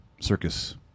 circus